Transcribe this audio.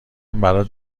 برات